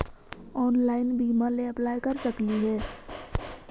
Online बीमा ला apply कर सकली हे?